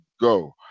go